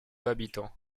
habitants